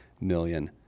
million